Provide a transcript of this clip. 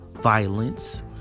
violence